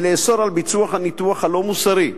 ולאסור את ביצוע הניתוח הלא-מוסרי,